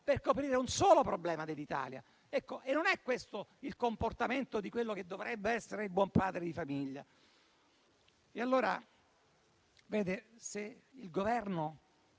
per coprire un solo problema dell'Italia e questo non è il comportamento di quello che dovrebbe essere il buon padre di famiglia.